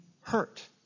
hurt